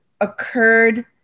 occurred